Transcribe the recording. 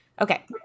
Okay